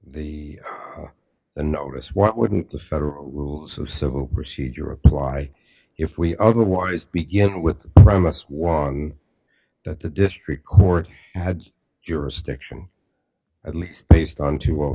the the notice what wouldn't the federal rules of civil procedure apply if we otherwise begin with the premise was that the district court had jurisdiction at least based on two or